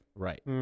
Right